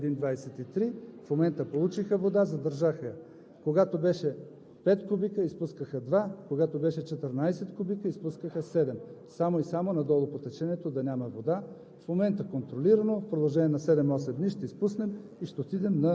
така, както ни е даден –24 милиона. Те, разбира се, винаги го държат на 21 – 23. В момента получиха вода – задържаха я. Когато беше пет кубика – изпускаха два, когато беше 14 кубика – изпускаха седем, само и само надолу по течението да няма вода.